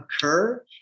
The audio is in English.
occur